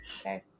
Okay